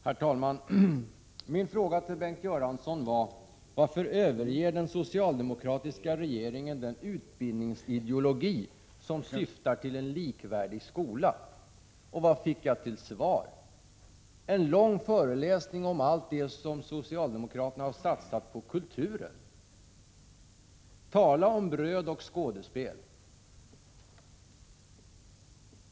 Herr talman! Min fråga till Bengt Göransson var varför den socialdemokratiska regeringen överger den utbildningsideologi som syftar till en likvärdig skola. Och vad fick jag till svar? En lång föreläsning om allt det som socialdemokraterna har satsat på kulturen. Tala om bröd och skådespel!